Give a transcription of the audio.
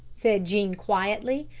said jean quietly.